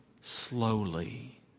slowly